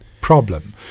problem